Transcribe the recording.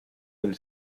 del